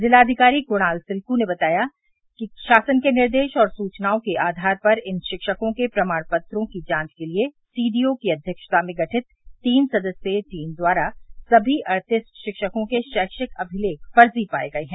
ज़िलाधिकारी कृणाल सिल्कू ने बताया कि शासन के निर्देश और सुवनओं के आघार पर इन शिक्षकों के प्रमाण पत्रों की जांच के लिए सीडीओ की अध्यक्षता में गठित तीन सदस्यीय टीम द्वारा सभी अड़तीस शिक्षकों के शैक्षिक अमिलेख फ़र्ज़ी पाये गये हैं